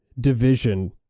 division